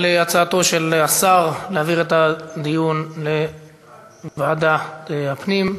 על הצעתו של השר להעביר את הדיון לוועדת הפנים.